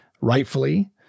Rightfully